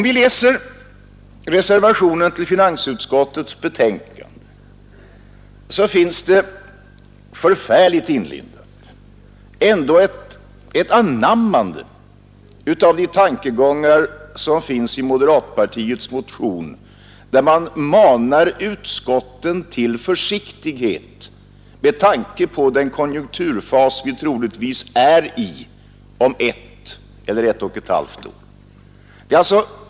I reservationen till finansutskottets betänkande finns, visserligen förfärligt inlindat, ett anammande av tankegångarna i moderata samlingspartiets motion, där man manar utskotten till försiktighet med tanke på den konjunkturfas vi troligtvis har om ett eller ett och ett halvt år.